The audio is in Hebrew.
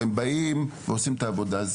הם באים ועושים את העבודה.